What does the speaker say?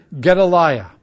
Gedaliah